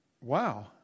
wow